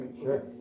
sure